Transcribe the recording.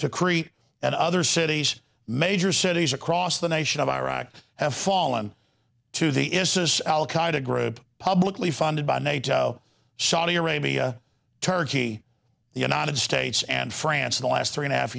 to crete and other cities major cities across the nation of iraq have fallen to the issus al qaeda group publicly funded by nato saudi arabia turkey the united states and france in the last three and a half